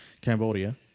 cambodia